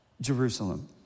Jerusalem